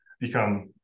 become